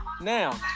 now